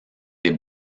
des